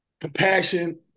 compassion